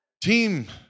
team